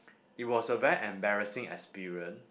it was a very embarrassing experience